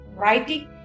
Writing